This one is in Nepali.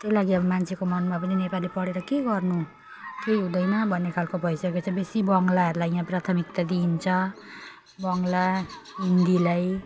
त्यही लागि अब मान्छेको मनमा पनि नेपाली पढेर के गर्नु केही हुँदैन भन्ने खाल्को भइसकेको छ बेसी बङ्गलाहरूलाई यहाँ प्राथमिकता दिइन्छ बङ्गला हिन्दीलाई